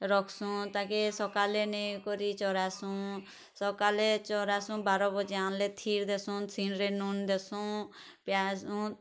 ରଖ୍ସୁଁ ତାକେ ସକାଲେ ନେଇ କରି ଚରାସୁଁ ସକାଲେ ଚରାସୁଁ ବାର ବାଜେ ଆନ୍ଲେ ଥିର ଦେସୁଁ ଥିର୍ରେ ନୁନ ଦେସୁଁ ପିଆଜ ନୁନ୍ ଲଟା